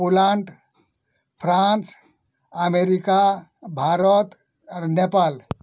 Poland France America Bharat Nepal